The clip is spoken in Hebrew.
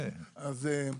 אדוני,